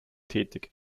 tätig